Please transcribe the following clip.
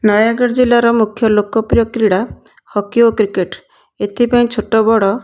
ନୟାଗଡ଼ ଜିଲ୍ଲାର ମୁଖ୍ୟ ଲୋକପ୍ରିୟ କ୍ରୀଡ଼ା ହକି ଓ କ୍ରିକେଟ୍ ଏଥିପାଇଁ ଛୋଟ ବଡ଼